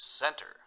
center